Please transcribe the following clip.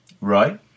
Right